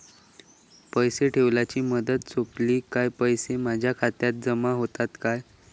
पैसे ठेवल्याची मुदत सोपली काय पैसे माझ्या खात्यात जमा होतात काय?